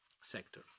sector